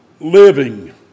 living